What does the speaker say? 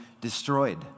destroyed